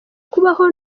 kubaho